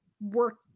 work